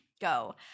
go